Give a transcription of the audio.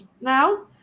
Now